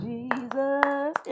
Jesus